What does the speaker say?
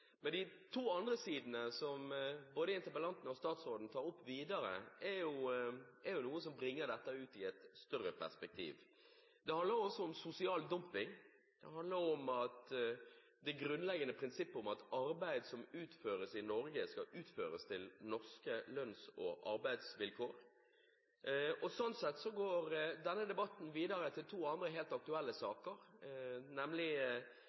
Men de to andre sidene som både interpellanten og statsråden tar opp videre, er noe som setter dette inn i et større perspektiv. Det handler også om sosial dumping. Det handler om det grunnleggende prinsippet om at arbeid som utføres i Norge, skal utføres i henhold til norske lønns- og arbeidsvilkår. Sånn sett går denne debatten videre til to andre helt aktuelle saker, nemlig